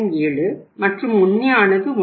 07 மற்றும் உண்மையானது 1